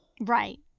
Right